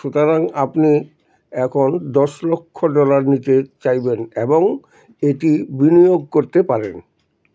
সুতারাং আপনি এখন দশ লক্ষ ডলার নিতে চাইবেন এবং এটি বিনিয়োগ করতে পারেন